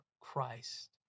Christ